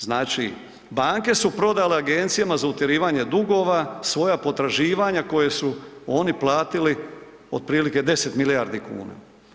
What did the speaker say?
Znači banke su prodale agencijama za utjerivanje dugova svoja potraživanja koja su oni platili otprilike 10 milijardi kuna.